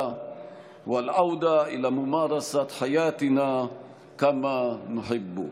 והחברים ולחזור לחיים שאנו אוהבים.